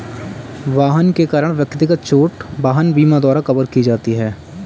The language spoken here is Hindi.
वाहन के कारण व्यक्तिगत चोट वाहन बीमा द्वारा कवर की जाती है